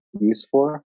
useful